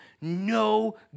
no